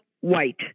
white